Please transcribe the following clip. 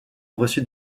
reçut